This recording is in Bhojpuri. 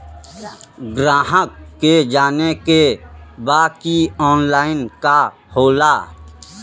ग्राहक के जाने के बा की ऑनलाइन का होला?